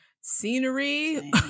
scenery